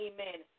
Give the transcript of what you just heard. Amen